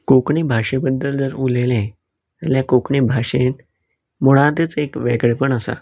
कोंकणी भाशें बद्दल जर उलयलें जाल्यार कोंकणी भाशेंत मुळांतच एक वेगळेंपण आसा